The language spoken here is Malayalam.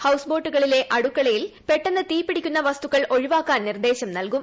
ഹൌസ് ബോട്ടുകളിലെ അടുക്കളയിൽ പെട്ടെന്ന് തീപിടിക്കുന്ന വസ്തുക്കൾ ഒഴിവാക്കാൻ നിർദ്ദേശം നൽകും